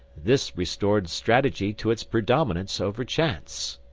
this restored strategy to its predominance over chance.